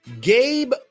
Gabe